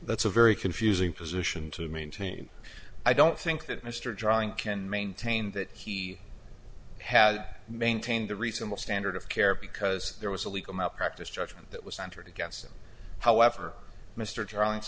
that's a very confusing position to maintain i don't think that mr drawing can maintain that he had maintained a reasonable standard of care because there was a legal malpractise judgment that was entered against him however mr